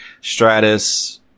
Stratus